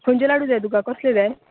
खंयचे लाडू जाय तुका कसले जाय